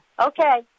Okay